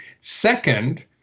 Second